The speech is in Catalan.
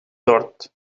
tort